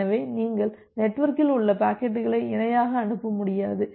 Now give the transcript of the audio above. எனவே நீங்கள் நெட்வொர்க்கில் உள்ள பாக்கெட்டுகளை இணையாக அனுப்ப முடியாது